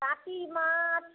काँटी माछ